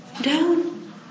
down